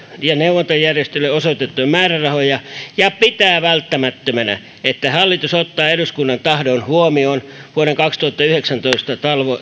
ja neuvontajärjestöille osoitettuja määrärahoja ja pitää välttämättömänä että hallitus ottaa eduskunnan tahdon huomioon vuoden kaksituhattayhdeksäntoista